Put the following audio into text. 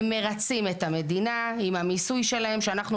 הם מרצים את המדינה עם המיסוי שלהם שאנחנו